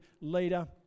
leader